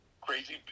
crazy